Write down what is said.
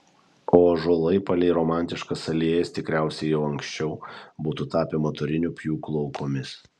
o ąžuolai palei romantiškas alėjas tikriausiai jau anksčiau būtų tapę motorinių pjūklų aukomis